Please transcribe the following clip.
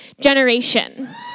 generation